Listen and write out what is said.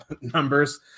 numbers